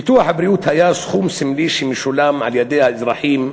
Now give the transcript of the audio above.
ביטוח הבריאות היה סכום סמלי שמשולם על-ידי האזרחים,